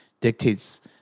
dictates